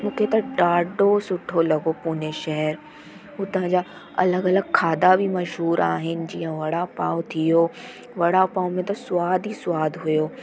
मूंखे त ॾाढो सुठो लॻो पूने शहरु हुतां जा अलॻि अलॻि खाधा बि मशहूरु आहिनि जीअं वड़ा पाओ थियो वड़ा पाओ में त सवादु ई सवादु हुओ